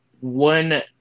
One –